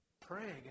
praying